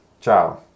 ciao